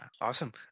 awesome